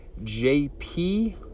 JP